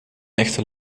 echte